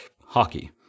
hockey